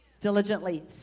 Diligently